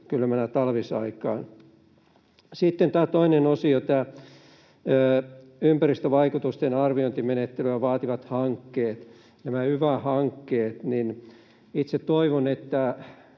kylmällä talvisaikaan. Sitten tästä toisesta osiosta, ympäristövaikutusten arviointimenettelyä vaativat hankkeet, yva-hankkeet: Itse toivon, että